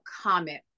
comment